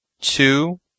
Two